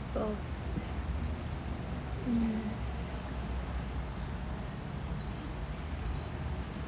people mm